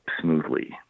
smoothly